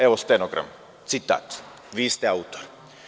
Evo, stenogram, citat, vi ste autor.